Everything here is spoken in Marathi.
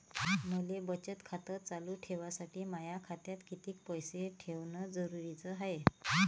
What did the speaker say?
मले बचत खातं चालू ठेवासाठी माया खात्यात कितीक पैसे ठेवण जरुरीच हाय?